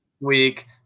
Week